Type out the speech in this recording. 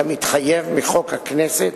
כמתחייב מחוק הכנסת,